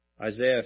Isaiah